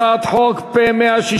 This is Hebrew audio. הצעת חוק פ/167,